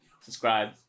Subscribe